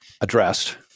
addressed